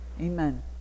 amen